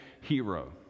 hero